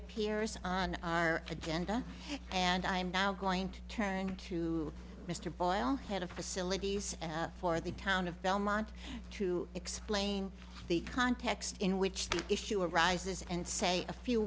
appears on our agenda and i'm now going to turn to mr boyle head of facilities for the town of belmont to explain the context in which the issue arises and say a few